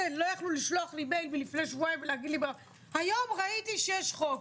על אופן קבלת ההסכמה.